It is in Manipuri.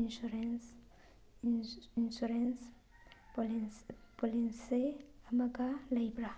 ꯏꯟꯁꯨꯔꯦꯟꯁ ꯏꯟꯁꯨꯔꯦꯟꯁ ꯄꯣꯂꯤꯁꯤ ꯑꯃꯒ ꯂꯩꯕ꯭ꯔꯥ